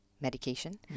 medication